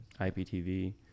IPTV